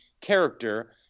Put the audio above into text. character